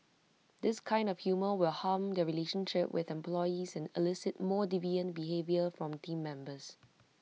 this kind of humour will harm their relationship with employees and elicit more deviant behaviour from Team Members